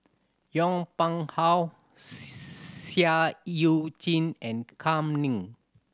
Yong Pung How Seah Eu Chin and Kam Ning